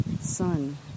sun